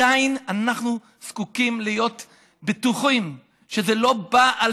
עדיין אנחנו זקוקים להיות בטוחים שזה לא בא,